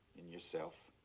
in yourself.